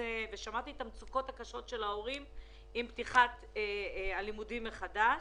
שמעתי את המצוקות הקשות של ההורים עם פתיחת הלימודים מחדש.